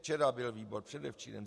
Včera byl výbor, předevčírem.